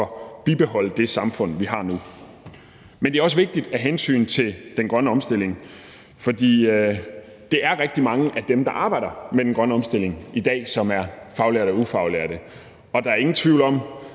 at bibeholde det samfund, som vi har nu. Men det er også vigtigt af hensyn til den grønne omstilling, fordi der er rigtig mange af dem, der arbejder med den grønne omstilling i dag, som er faglærte eller ufaglærte. Der er ingen tvivl om,